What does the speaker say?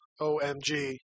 OMG